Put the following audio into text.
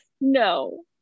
No